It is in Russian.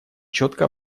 четко